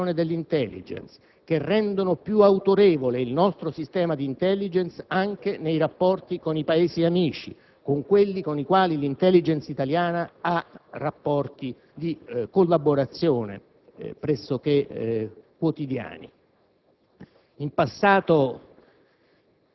conferiscono certezza all'organizzazione dell'*intelligence*, rendendo più autorevole il nostro sistema di *intelligence* anche nei rapporti con i Paesi amici, con quelli con i quali l'*intelligen**ce* italiana ha rapporti di collaborazione pressoché quotidiani.